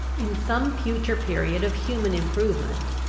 in some future period of human improvement,